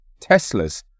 Teslas